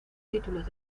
títulos